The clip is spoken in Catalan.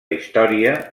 història